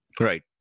Right